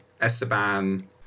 Esteban